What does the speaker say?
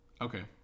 okay